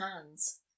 hands